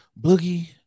Boogie